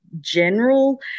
general